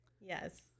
Yes